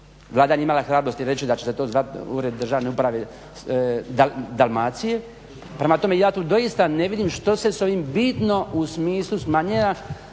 Vlada nije imala hrabrosti reći da će se to zvati ured države uprave Dalmacije. Prema tome ja tu doista ne vidim što se sa ovim bitno u smislu smanjenja